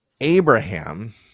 Abraham